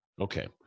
Okay